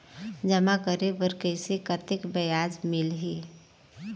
जमा करे बर कइसे कतेक ब्याज मिलही?